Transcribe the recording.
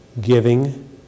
giving